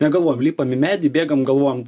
negalvojam lipam į medį bėgam galvojam